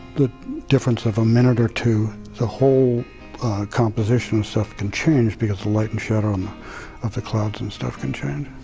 the difference of a minute or two the whole composition can change because the light and shadows um of the clouds and stuff can change.